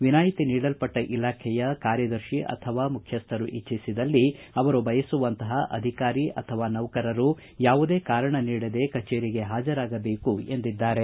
ವಿನಾಯಿತಿ ನೀಡಲ್ಲಟ್ಷ ಇಲಾಖೆಯ ಕಾರ್ಯದರ್ಶಿ ಅಥವಾ ಮುಖ್ಯಸ್ವರು ಇಜ್ಞಿಸಿದಲ್ಲಿ ಅವರು ಬಯಸುವಂತಪ ಅಧಿಕಾರಿ ಮತ್ತು ನೌಕರರು ಯಾವುದೇ ಕಾರಣ ನೀಡದೇ ಕಚೇರಿಗೆ ಹಾಜರಾಗಬೇಕು ಎಂದಿದ್ದಾರೆ